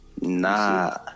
Nah